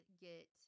get